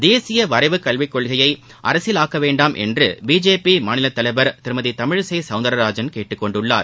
தேசிய வரைவுக் கல்விக் கொள்கையை அரசியல் ஆக்க வேண்டாம் என்று பிஜேபி மாநிலத் தலைவர் திருமதி தமிழிசை சௌந்தரராஜன் கேட்டுக்கொண்டுள்ளார்